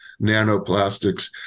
nanoplastics